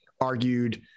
argued